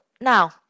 now